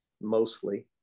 mostly